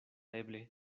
eble